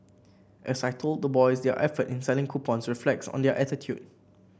as I told the boys their effort in selling coupons reflects on their attitude